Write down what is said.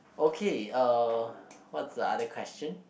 okay uh what's the other question